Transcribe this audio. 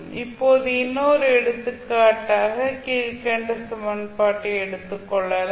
இப்போது இன்னொரு எடுத்து காட்டாக கீழ்கண்ட சமன்பாட்டை எடுத்து கொள்ளலாம்